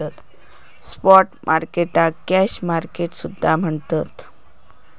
spot मार्केटाक cash market सुद्धा म्हणतत